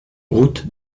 route